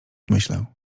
myślę